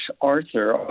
Arthur